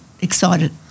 excited